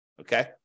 Okay